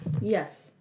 yes